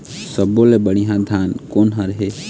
सब्बो ले बढ़िया धान कोन हर हे?